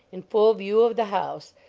in full view of the house,